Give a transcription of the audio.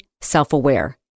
self-aware